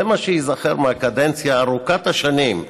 זה מה שייזכר מהקדנציה ארוכת השנים.